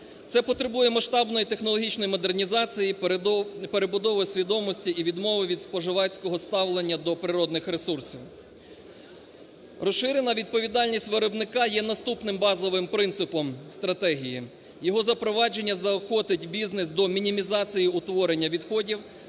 це потребує масштабної технологічної модернізації, перебудови свідомості і відмови від споживацького ставлення до природних ресурсів. Розширена відповідальність виробника є наступним базовим принципом в стратегії. Його запровадження заохотить бізнес до мінімізації утворення відходів